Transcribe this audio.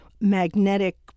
magnetic